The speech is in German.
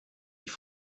ich